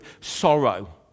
Sorrow